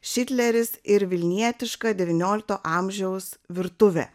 šitleris ir vilnietiška devyniolikto amžiaus virtuvė